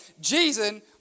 Jesus